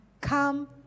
come